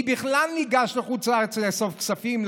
מי בכלל ניגש לחוץ-לארץ לאסוף כספים,